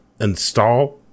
install